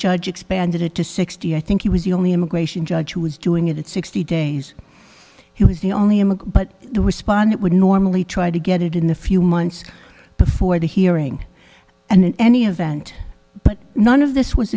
judge expanded it to sixty i think he was the only immigration judge who was doing it in sixty days he was the only him but the respondent would normally try to get it in the few months before the hearing and the event but none of this was